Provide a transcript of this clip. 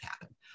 happen